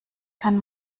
kann